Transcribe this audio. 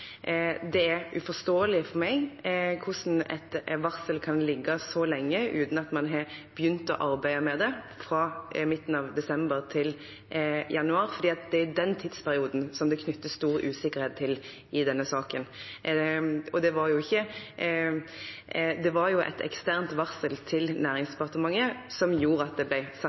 Det er uforståelig for meg hvordan et varsel kan ligge så lenge uten at man har begynt å arbeide med det, fra midten av desember til januar, for det er den tidsperioden som det knyttes stor usikkerhet til i denne saken. Det var jo et eksternt varsel til Næringsdepartementet som gjorde at det ble